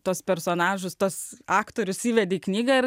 tas personažas tas aktorius įvedi knygą ir